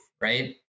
right